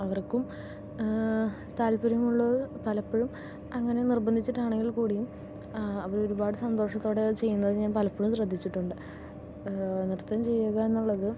അവർക്കും താല്പര്യമുള്ളവർ പലപ്പോഴും അങ്ങനെ നിർബന്ധിച്ചിട്ടാണെങ്കിൽ കൂടിയും ആ അവര് ഒരുപാട് സന്തോഷത്തോടെ അത് ചെയ്യുന്നത് ഞാൻ പലപ്പോഴും ശ്രദ്ധിച്ചിട്ടുണ്ട് നൃത്തം ചെയ്യുക എന്നുള്ളത്